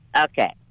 Okay